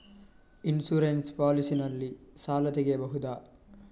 Insurance policy ನಲ್ಲಿ ಸಾಲ ತೆಗೆಯಬಹುದ?